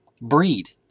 Breed